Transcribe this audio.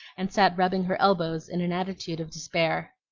and sat rubbing her elbows in an attitude of despair.